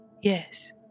Yes